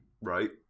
Right